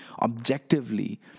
objectively